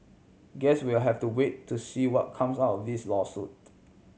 guess we'll have to wait to see what comes out this lawsuit